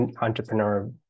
entrepreneur